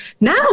now